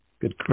Good